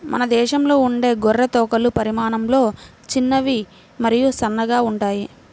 మన దేశంలో ఉండే గొర్రె తోకలు పరిమాణంలో చిన్నవి మరియు సన్నగా ఉంటాయి